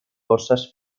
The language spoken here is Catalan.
forces